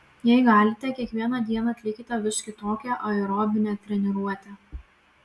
jei galite kiekvieną dieną atlikite vis kitokią aerobinę treniruotę